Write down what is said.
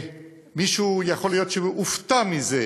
יכול להיות שמישהו הופתע מזה.